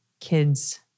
kids